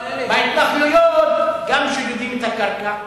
בהתנחלויות גם שודדים את הקרקע,